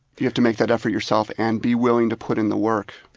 you have to make that effort yourself and be willing to put in the work.